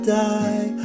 die